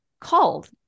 called